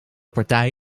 partij